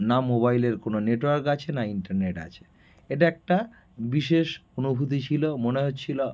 না মোবাইলের কোনো নেটওয়ার্ক আছে না ইন্টারনেট আছে এটা একটা বিশেষ অনুভূতি ছিল মনে হচ্ছিল